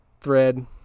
thread